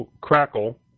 Crackle